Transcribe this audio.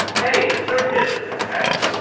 hey the circus is in town!